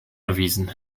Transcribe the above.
erwiesen